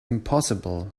impossible